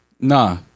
Nah